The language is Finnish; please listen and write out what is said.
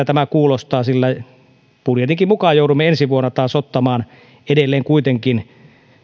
tämä kuulostaa sillä budjetinkin mukaan joudumme ensi vuonna taas ottamaan edelleen kuitenkin